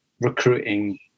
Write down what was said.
recruiting